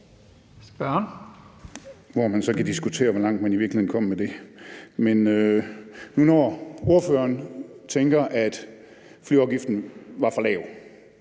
kan man så diskutere, hvor langt man i virkeligheden kom med det. Men når nu ordføreren tænker, at flyafgiften blev for lav,